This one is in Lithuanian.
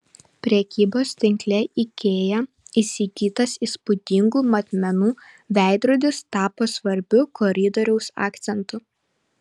prekybos tinkle ikea įsigytas įspūdingų matmenų veidrodis tapo svarbiu koridoriaus akcentu